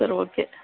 சரி ஓகே